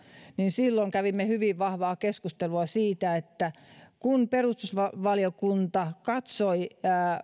niin silloin kävimme hyvin vahvaa keskustelua siitä että kun perustuslakivaliokunta